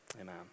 amen